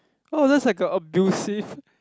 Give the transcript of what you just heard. oh that's like a abusive